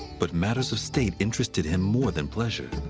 but matters of state interested him more than pleasure.